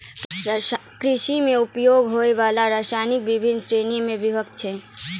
कृषि म उपयोग होय वाला रसायन बिभिन्न श्रेणी म विभक्त छै